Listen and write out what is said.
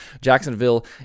Jacksonville